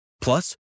Plus